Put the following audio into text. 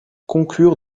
concurrent